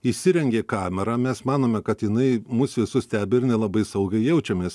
įsirengė kamerą mes manome kad jinai mus visus stebi ir nelabai saugiai jaučiamės